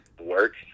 works